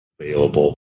available